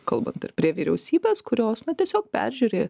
kalbant ir prie vyriausybės kurios na tiesiog peržiūri